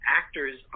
actors